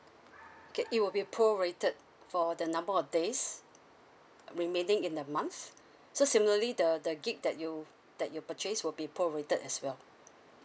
okay it will be prorated for the number of days remaining in the month so similarly the the gig that you that you purchased will be prorated as well